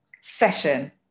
session